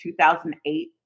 2008